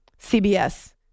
CBS